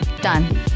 Done